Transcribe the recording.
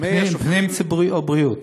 פנים ציבורי או בריאות?